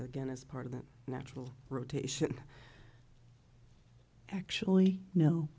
again as part of the natural rotation actually